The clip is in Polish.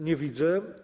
Nie widzę.